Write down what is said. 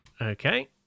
Okay